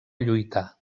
lluitar